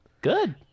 Good